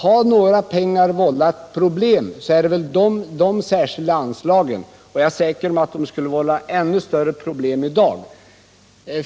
Har några pengar vållat problem, är det väl de särskilda anslagen! Och jag tänker mig att de skulle vålla ännu större problem i dag.